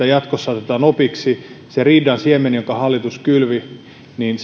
jatkossa otetaan opiksi se riidan siemen jonka hallitus kylvi